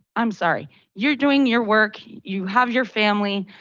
i'm sorry, you're doing your work. you have your family.